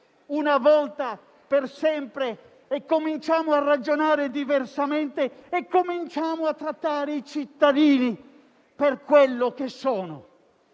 una volta per sempre di cominciare a ragionare diversamente e di cominciare a trattare i cittadini per quello che sono?